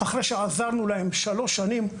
אחרי שעזרנו להם במשך שלוש שנים,